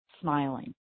smiling